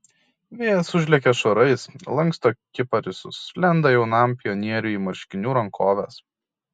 vėjas užlekia šuorais lanksto kiparisus lenda jaunam pionieriui į marškinių rankoves